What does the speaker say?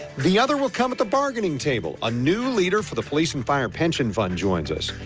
the other will come at the bargaining table, a new leader for the police and fire pension fund joins us.